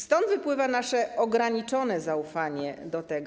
Stąd wypływa nasze ograniczone zaufanie do tego.